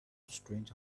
strange